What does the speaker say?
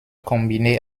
combinées